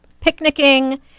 picnicking